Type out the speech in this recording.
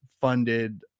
funded